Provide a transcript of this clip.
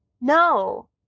No